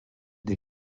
des